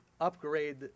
upgrade